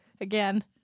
again